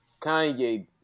Kanye